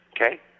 okay